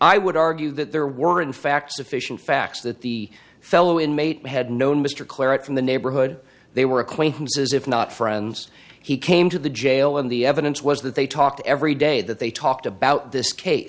i would argue that there weren't facts sufficient facts that the fellow inmate had known mr claridge from the neighborhood they were acquaintances if not friends he came to the jail and the evidence was that they talked every day that they talked about this case